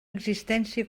existència